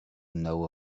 know